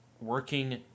working